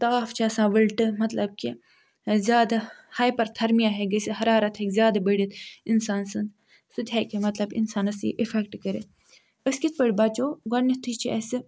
تاپھ چھُ آسان وُلٹہٕ مَطلَب کہِ زیادٕ ہایپَر تھٔرمیا ہیٚکہِ گٔژھِتھ حرارت ہیٚکہِ زیادٕ بٔڈِتھ اِنسان سٕنٛز سُہ تہِ ہیٚکہِ مَطلَب اِنسانَس اِفیٚکٹ کٔرِتھ أسۍ کِتھٕ پٲٹھۍ بچو گۄڈنٮ۪تھٕے چھِ اَسہِ